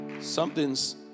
something's